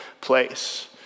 place